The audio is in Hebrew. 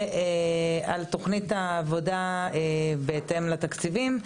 על תוכנית העבודה בהתאם לתקציבים: